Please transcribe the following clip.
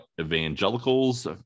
evangelicals